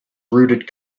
rooted